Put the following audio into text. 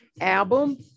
album